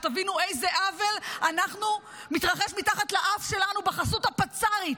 שתבינו איזה עוול מתרחש מתחת לאף שלנו בחסות הפצ"רית,